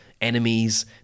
enemies